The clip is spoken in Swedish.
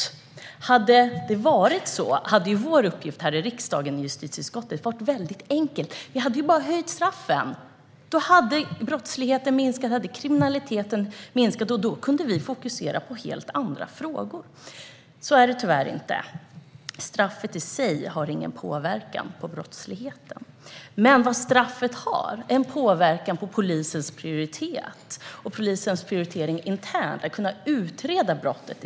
Om det hade varit så skulle vår uppgift här i riksdagens justitieutskott vara väldigt enkel. Vi hade bara behövt skärpa straffen för att få brottsligheten att minska, och då skulle vi ha kunnat fokusera på helt andra frågor. Men så är det tyvärr inte. Straffet i sig har ingen påverkan på brottsligheten. Däremot påverkar straffet polisens prioritering internt när man ska utreda brottet.